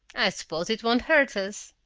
i suppose it won't hurt us?